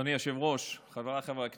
אדוני היושב-ראש, חבריי חברי הכנסת,